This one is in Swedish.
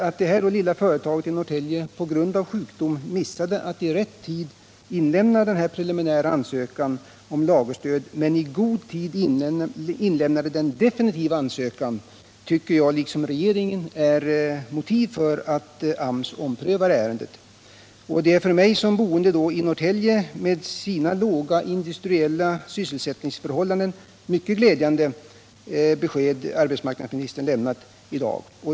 Att det här lilla företaget i Norrtälje på grund av sjukdom missade att i rätt tid inlämna preliminär ansökan om lagerstöd men i god tid ingav den definitiva ansökan tycker jag, liksom regeringen, är motiv för att AMS omprövar ärendet. Det är för mig som boende i Norrtälje med dess låga industriella sysselsättningsgrad ett mycket glädjande besked som arbetsmarknadsministern har lämnat i dag.